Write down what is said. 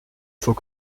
faut